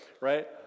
right